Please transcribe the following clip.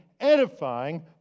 edifying